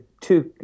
two